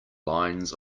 lines